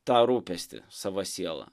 tą rūpestį savo siela